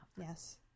Yes